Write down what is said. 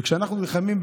וכשאנחנו נלחמים,